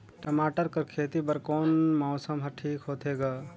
टमाटर कर खेती बर कोन मौसम हर ठीक होथे ग?